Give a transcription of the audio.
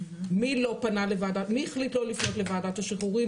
מי החליט לא לפנות לוועדת שחרורים?